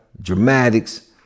Dramatics